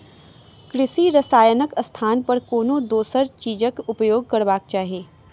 कृषि रसायनक स्थान पर कोनो दोसर चीजक उपयोग करबाक चाही